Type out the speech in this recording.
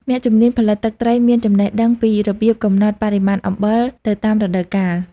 អ្នកជំនាញ ផលិតទឹកត្រីមានចំណេះដឹងពីរបៀបកំណត់បរិមាណអំបិលទៅតាមរដូវកាល។